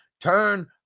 turn